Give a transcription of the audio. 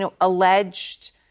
alleged